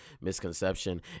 misconception